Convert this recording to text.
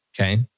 Okay